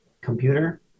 computer